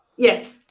Yes